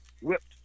whipped